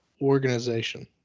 Organization